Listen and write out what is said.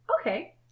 Okay